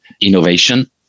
innovation